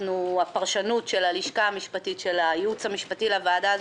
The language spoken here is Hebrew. הפרשנות של הלשכה המשפטית של הייעוץ המשפטי לוועדה הזאת,